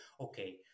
okay